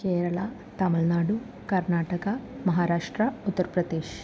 Kerala Tamil Nadu Karnataka Maharashtra Uttar Pradesh